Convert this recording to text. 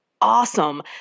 awesome